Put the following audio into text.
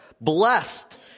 Blessed